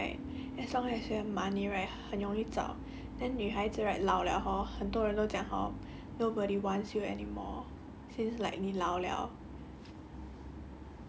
ya 就算好像找老婆 right as long as you have money right 很容易找 then 女孩子 right 老 liao hor 很多人都讲 hor nobody wants you anymore since like 你老 liao